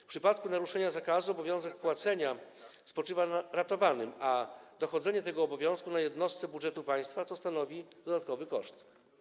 W przypadku naruszenia zakazu obowiązek płacenia spoczywa na ratowanym, a dochodzenie tego obowiązku - na jednostce budżetu państwa, co stanowi dodatkowy koszt.